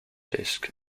disk